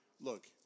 Look